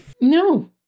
No